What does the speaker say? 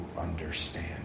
understand